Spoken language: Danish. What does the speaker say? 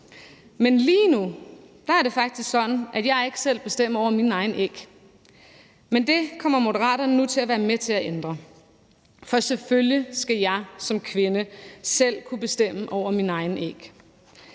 Men lige nu er det faktisk sådan, at jeg ikke selv bestemmer over mine egne æg. Men det kommer Moderaterne nu til at være med til at ændre. For selvfølgelig skal jeg som kvinde selv kunne bestemme over mine egne æg.